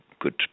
Good